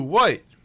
White